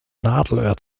nadelöhr